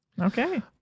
Okay